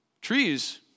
Trees